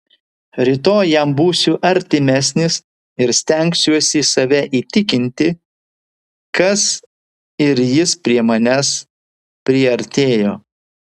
rytoj jam būsiu artimesnis ir stengsiuosi save įtikinti kas ir jis prie manęs priartėjo